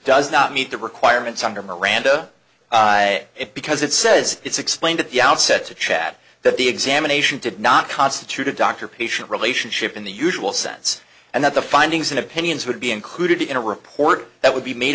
does not meet the requirements under miranda it because it says it's explained at the outset to chad that the examination did not constitute a doctor patient relationship in the usual sense and that the findings and opinions would be included in a report that would be made